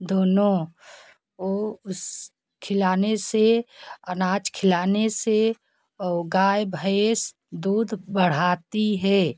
दोनों उस खिलाने से अनाज खिलाने से गाय भैंस दूध बढ़ती हैं